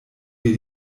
wir